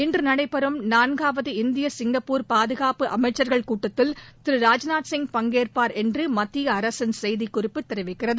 இன்று நடைபெறும் நான்காவது இந்திய சிங்கப்பூர் பாதுகாப்பு அமைச்சர்கள் கூட்டத்தில் திரு ராஜ்நாத்சிங் பங்கேற்பார் என்று மத்திய அரசின் செய்திக்குறிப்பு தெரிவிக்கிறது